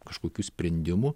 kažkokių sprendimų